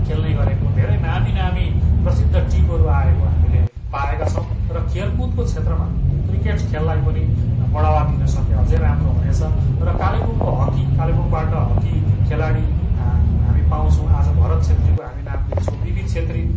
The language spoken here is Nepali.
खेल्ने गरेको धेरै नामी नामी प्रसिद्ध टिमहरू आएको हामीले पाएका छौँ र खेलकुदको क्षेत्रमा यो क्रिकेट खेललाई पनि बढावा दिन सके अझै राम्रो हुनेछ र कालेबुङको हकी कालेबुङबाट हकी खेलाडी हामी पाउँछौँ आज भरत छेत्रीको हामी नाम लिन्छौँ बि बि छेत्री